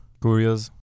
curious